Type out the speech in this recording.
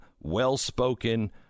well-spoken